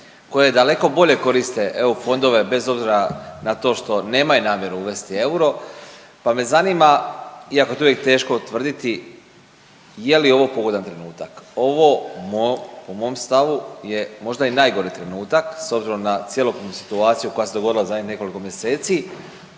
koje daleko bolje koriste eu fondove bez obzira na to što nemaju namjeru uvesti euro, pa me zanima iako je to uvijek teško utvrditi, je li ovo pogodan trenutak? Ovo po mom stavu je možda i najgori trenutak s obzirom na cjelokupnu situaciju koja se dogodila u zadnjih nekoliko mjeseci,